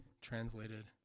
translated